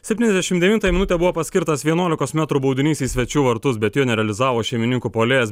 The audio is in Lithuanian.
septyniasdešim devintąją minutę buvo paskirtas vienuolikos metrų baudinys į svečių vartus bet jo nerealizavo šeimininkų puolėjas